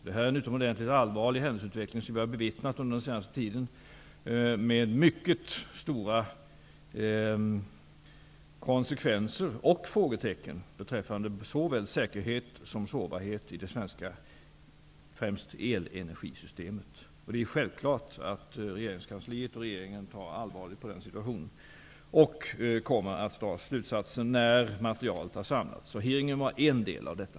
Det är en utomordentligt allvarlig händelseutveckling som har kunnat bevittnas under den senaste tiden med mycket stora konsekvenser och frågetecken beträffande såväl säkerhet som sårbarhet främst i det svenska elenergisystemet. Självfallet ser regeringskansliet och regeringen allvarligt på den situationen och kommer att dra slutsatser när materialet har samlats. Hearingen var en del av detta.